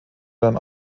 dann